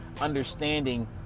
understanding